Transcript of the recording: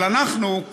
אבל אנחנו,